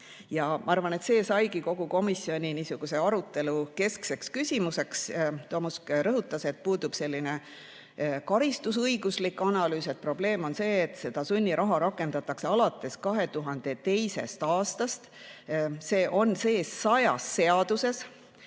Ma arvan, et see saigi komisjoni arutelu keskseks küsimuseks. Tomusk rõhutas, et puudub karistusõiguslik analüüs. Probleem on see, et sunniraha rakendatakse alates 2002. aastast. See on sees sajas seaduses.